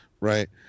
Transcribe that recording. right